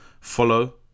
follow